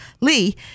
Lee